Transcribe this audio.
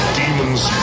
demons